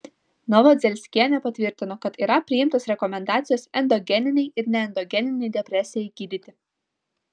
novodzelskienė patvirtino kad yra priimtos rekomendacijos endogeninei ir neendogeninei depresijai gydyti